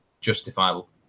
justifiable